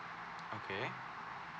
okay